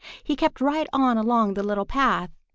he kept right on along the little path.